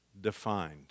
defined